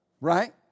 Right